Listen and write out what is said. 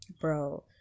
Bro